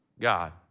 God